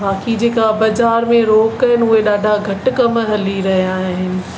बाकी जेका बाज़ारि में रोक आहिनि उहे ॾाढा घटि कम हली रहिया आहिनि